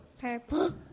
Purple